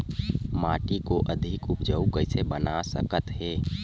माटी को अधिक उपजाऊ कइसे बना सकत हे?